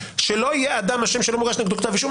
שלא יהיה אדם אשם שלא מוגש נגדו כתב אישום,